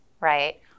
right